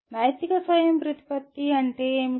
నైతిక స్వయంప్రతిపత్తి అంటే ఏమిటి